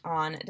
on